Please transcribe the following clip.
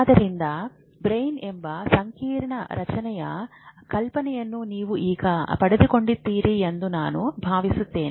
ಆದ್ದರಿಂದ ಬ್ರೈನ್ ಎಂಬ ಸಂಕೀರ್ಣ ರಚನೆಯ ಕಲ್ಪನೆಯನ್ನು ನೀವು ಈಗ ಪಡೆದುಕೊಂಡಿದ್ದೀರಿ ಎಂದು ನಾನು ಭಾವಿಸುತ್ತೇನೆ